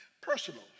Personal